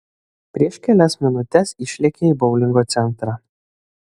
prieš kelias minutes išlėkė į boulingo centrą